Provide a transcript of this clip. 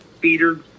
beater